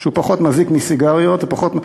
שהוא פחות מזיק מסיגריות ופחות,